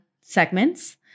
segments